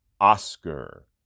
Oscar